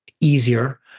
easier